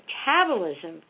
metabolism